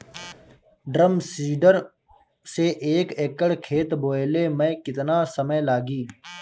Drum seeder से एक एकड़ खेत बोयले मै कितना समय लागी?